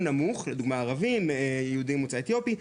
נמוך לדוגמה ערבים ויהודים ממוצא אתיופי,